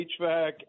HVAC